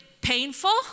painful